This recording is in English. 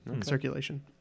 circulation